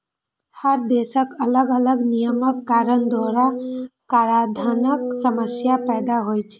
हर देशक अलग अलग नियमक कारण दोहरा कराधानक समस्या पैदा होइ छै